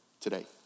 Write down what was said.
today